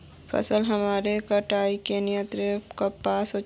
फसल हमार के कटाई का नियंत्रण कपास होचे?